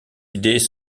idées